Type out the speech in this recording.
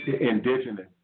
indigenous